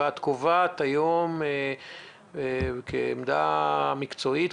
ואת קובעת היום כעמדה מקצועית,